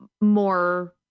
more